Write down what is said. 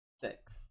six